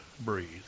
breathe